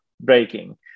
breaking